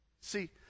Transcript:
See